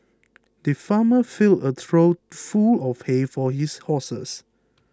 the farmer filled a trough full of hay for his horses